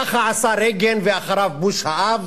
ככה עשו רייגן ואחריו בוש האב.